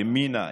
ימינה,